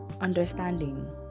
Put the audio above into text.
understanding